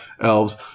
elves